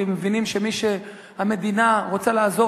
כי הם מבינים שמי שהמדינה רוצה לעזור